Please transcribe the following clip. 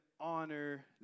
honor